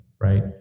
right